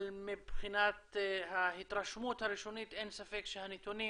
אבל מבחינת ההתרשמות הראשונית אין ספק שהנתונים